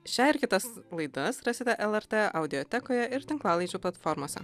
šią ir kitas laidas rasite lrt audiotekoje ir tinklalaidžių platformose